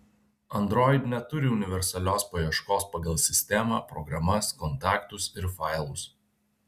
android neturi universalios paieškos pagal sistemą programas kontaktus ir failus